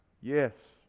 yes